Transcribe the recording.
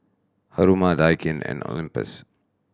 Haruma Daikin and Olympus